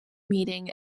meeting